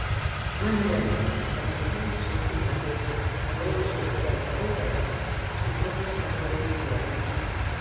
man regis panašaus žinyno kaip rože tezauras kitomis kalbomis nėra